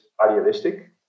idealistic